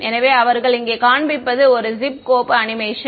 எனவே அவர்கள் இங்கே காண்பிப்பது ஒரு ஜிஃப் கோப்பு அனிமேஷன்